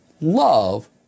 love